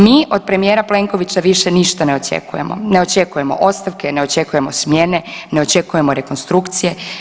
Mi od premijera Plenkovića više ništa ne očekujemo, ne očekujemo ostavke, ne očekujemo smjene, ne očekujemo rekonstrukcije.